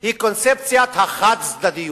היא קונספציית החד-צדדיות.